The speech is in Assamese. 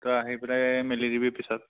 তই আহি পেলাই মেলি দিবি পিছত